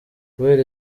kubera